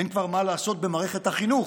אין כבר מה לעשות במערכת החינוך.